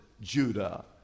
Judah